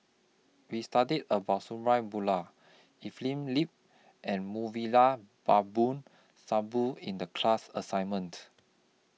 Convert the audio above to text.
We studied about Sabri Buang Evelyn Lip and Mouvila Babu Sahib in The class assignments